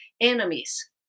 enemies